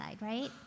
right